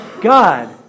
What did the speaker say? God